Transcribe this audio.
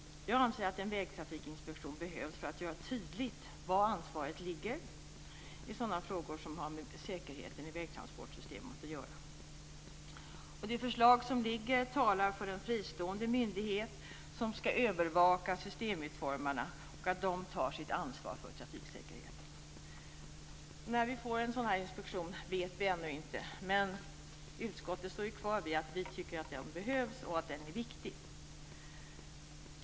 Jag anser att en vägtrafikinspektion behövs för att göra tydligt var ansvaret ligger i frågor som har med säkerheten i vägtransportsystemet att göra. Det förslag som ligger framme talar för en fristående myndighet som ska övervaka systemutformarna, så att de tar sitt ansvar för trafiksäkerheten. När vi får en sådan inspektion vet vi ännu inte, men vi i utskottet står kvar vid att vi tycker att den behövs och att den är viktig.